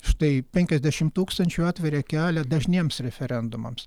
štai penkiasdešimt tūkstančių atveria kelią dažniems referendumams